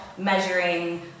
measuring